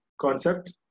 concept